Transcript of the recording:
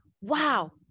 Wow